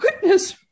goodness